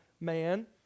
man